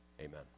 Amen